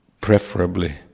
preferably